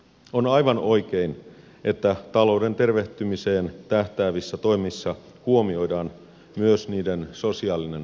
on aivan oikein että talouden tervehtymiseen tähtäävissä toimissa huomioidaan myös niiden sosiaalinen ulottuvuus